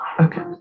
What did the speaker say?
Okay